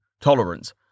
Tolerance